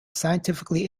scientifically